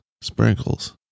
sprinkles